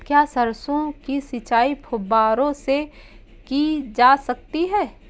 क्या सरसों की सिंचाई फुब्बारों से की जा सकती है?